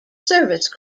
service